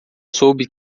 soube